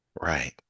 Right